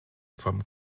from